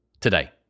today